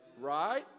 right